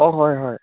অঁ হয় হয়